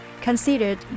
considered